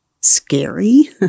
scary